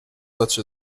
such